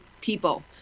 people